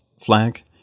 flag